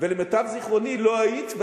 למיטב זיכרוני לא היית,